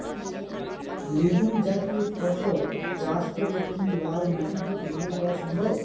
Legume জাতীয় ফসল চাষ করে কি লাল মাটিকে উর্বর করা সম্ভব?